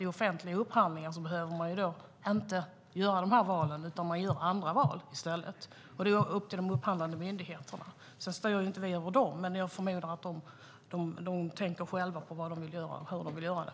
Vid offentliga upphandlingar behöver man inte göra de här valen, utan man kan göra andra val i stället. Valet är upp till de upphandlande myndigheterna. Sedan styr vi inte över dem, men jag förmodar att de själva tänker på hur de ska göra det.